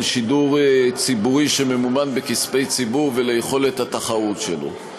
שידור ציבורי שממומן בכספי ציבור וליכולת התחרות שלו.